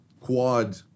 quad